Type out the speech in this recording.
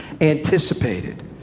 anticipated